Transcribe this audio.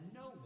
no